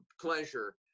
pleasure